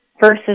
versus